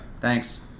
Thanks